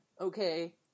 okay